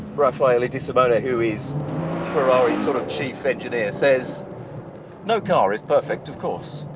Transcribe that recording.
raffaele de simone who is ferrari's sort of chief engineer says no car is perfect of course